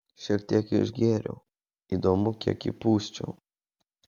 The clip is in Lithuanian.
šiek tiek išgėriau įdomu kiek įpūsčiau